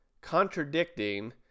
contradicting